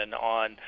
on